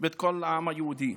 ואת כל העם היהודי.